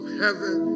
heaven